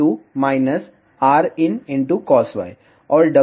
और W यह w50 2 होगा हाँ